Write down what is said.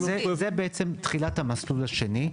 זה בעצם תחילת המסלול השני,